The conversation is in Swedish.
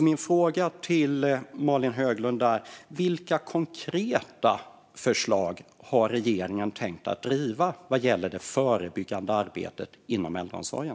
Min fråga till Malin Höglund är: Vilka konkreta förslag har regeringen tänkt driva vad gäller det förebyggande arbetet inom äldreomsorgen?